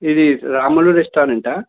ఇది రాములు రెస్టారెంటా